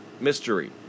mystery